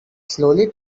slowly